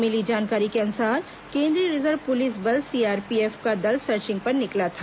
मिली जानकारी के अनुसार केंद्रीय रिजर्व पुलिस बल सीआरपीएफ का दल सर्चिंग पर निकला था